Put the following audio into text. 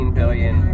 billion